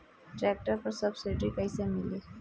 Tractor पर subsidy कैसे मिली?